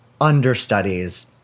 understudies